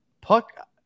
puck